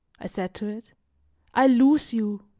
i said to it i lose you!